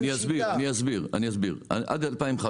אני אסביר, עד 2015,